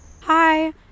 Hi